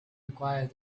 required